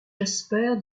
jasper